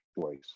choice